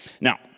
now